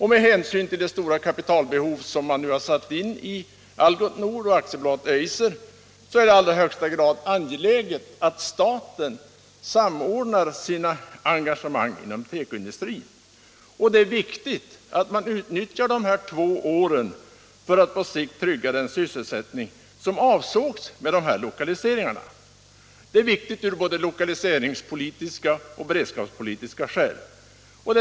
Med hänsyn till det stora kapital som man nu har satt in i Algots Nord och AB Eiser är det i allra högsta grad angeläget att staten samordnar sina engagemang inom tekoindustrin. Det är viktigt att man nu utnyttjar de här två åren för att på sikt trygga den sysselsättning som avsågs med dessa lokaliseringar. Av både lokaliseringsoch beredskapspolitiska skäl är detta angeläget.